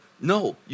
No